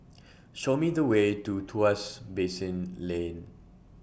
Show Me The Way to Tuas Basin Lane